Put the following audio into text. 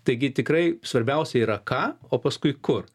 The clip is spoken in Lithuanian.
taigi tikrai svarbiausia yra ką o paskui kur